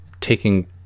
taking